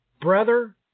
brother